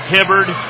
Hibbard